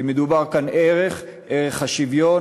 כי מדובר כאן על ערך, ערך השוויון.